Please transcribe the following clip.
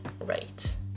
right